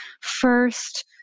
first